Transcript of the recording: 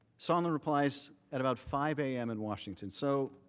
sondland replied at about five am in washington. so